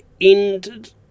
ended